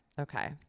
okay